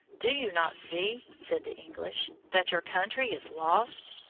do you not see, said the english, that your country is lost?